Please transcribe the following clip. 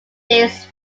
days